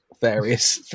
various